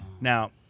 Now